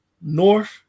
north